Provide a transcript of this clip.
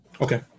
Okay